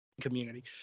community